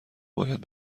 باید